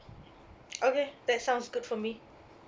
okay that sounds good for me